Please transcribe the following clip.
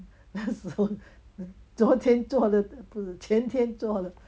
那时候昨天做的不是前天做的